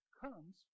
comes